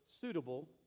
suitable